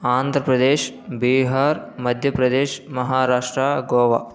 Andhra Pradesh Bihar Madhya Pradesh Maharashtra Goa